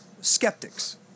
skeptics